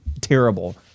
terrible